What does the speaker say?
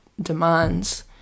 demands